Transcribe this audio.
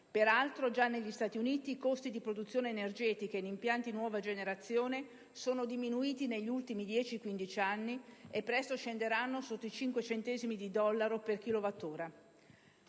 Peraltro, già negli Stati Uniti i costi di produzione energetica in impianti di nuova generazione sono diminuiti negli ultimi 10-15 anni, e presto scenderanno sotto i cinque centesimi di dollaro per chilowattora.